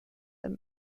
them